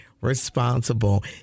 responsible